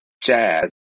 jazz